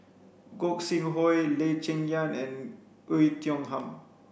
Gog Sing Hooi Lee Cheng Yan and Oei Tiong Ham